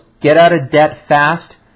get-out-of-debt-fast